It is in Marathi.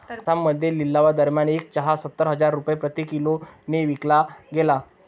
आसाममध्ये लिलावादरम्यान एक चहा सत्तर हजार रुपये प्रति किलोने विकला गेला